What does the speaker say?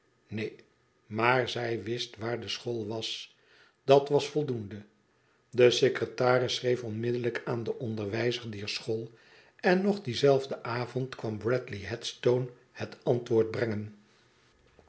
neen maar zij wist waar de school was dat was voldoende de secretaris schreef onmiddellijk aan den onderwijzer dier school en nog dien zelfden avond kwam breadley headstone het antwoord brengen